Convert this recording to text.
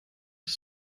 ist